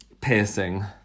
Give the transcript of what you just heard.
piercing